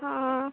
ହଁ